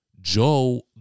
Joe